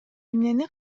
эмнени